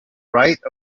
right